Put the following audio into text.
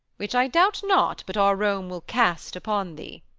which i doubt not but our rome will cast upon thee.